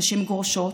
נשים גרושות,